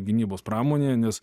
gynybos pramonėje nes